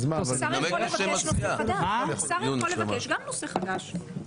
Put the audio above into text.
גם שר יכול לבקש נושא חדש.